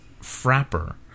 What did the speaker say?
Frapper